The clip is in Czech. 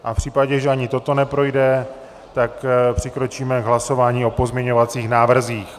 A v případě, že ani toto neprojde, tak přikročíme k hlasování o pozměňovacích návrzích.